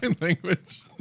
language